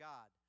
God